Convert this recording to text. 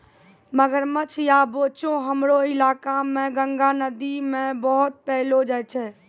मगरमच्छ या बोचो हमरो इलाका मॅ गंगा नदी मॅ बहुत पैलो जाय छै